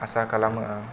आसा खालामो आं